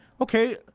okay